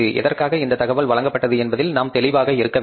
எதற்காக இந்த தகவல் வழங்கப்பட்டது என்பதில் நாம் தெளிவாக இருக்க வேண்டும்